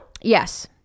Yes